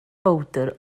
bowdr